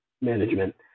management